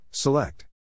Select